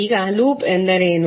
ಈಗ ಲೂಪ್ ಎಂದರೇನು